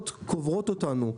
קוברות אותנו.